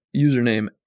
username